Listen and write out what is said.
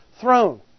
throne